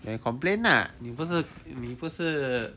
then complain lah 你不是你不是